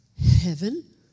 heaven